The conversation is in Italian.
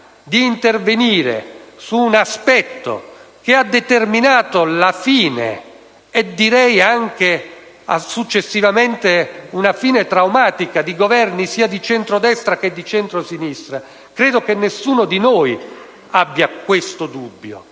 di intervenire su un aspetto che ha determinato la fine - e direi anche una fine traumatica - di Governi sia di centrodestra che di centro‑sinistra, credo che nessuno di noi abbia dubbi.